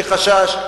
יש לי חשש,